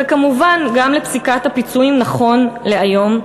וכמובן גם לפסיקת הפיצויים נכון להיום,